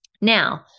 Now